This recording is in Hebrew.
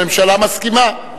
הממשלה מסכימה.